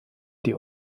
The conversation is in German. die